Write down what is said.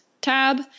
tab